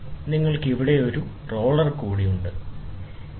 നിങ്ങൾക്ക് ഇവിടെ ഒരു റോളർ കൂടി ഉണ്ട് ശരി